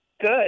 good